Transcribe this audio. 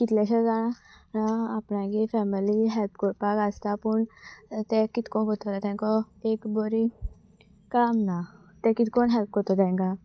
कितलेशे जाण आपणागेर फॅमिली हेल्प कोरपाक आसता पूण तें कितको कोत्तोले तांकां एक बरी काम ना तें कितकोन हेल्प कोत्तलो तांकां